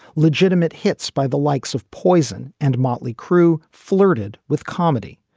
legitimate hits by the likes of poison and motley crue flirted with comedy.